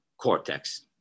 cortex